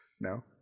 No